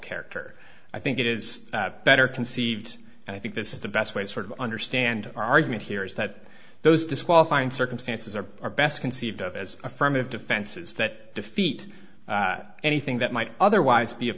character i think it is better conceived and i think this is the best way to sort of understand our argument here is that those disqualifying circumstances are our best conceived of as affirmative defenses that defeat anything that might otherwise be